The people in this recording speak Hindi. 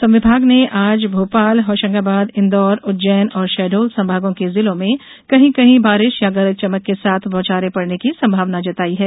मौसम विभाग ने आज भोपाल होशंगाबाद इंदौर उज्जैन और शहडोल संभागों के जिलों में कहीं कहीं बारिश या गरज चमक के साथ बौछारें पड़ने की संभावना जताई है